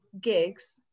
gigs